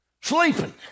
Sleeping